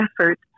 effort